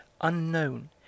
unknown